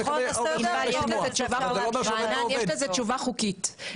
אבל זה לא אומר --- יש לזה תשובה חוקית,